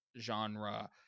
genre